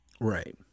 Right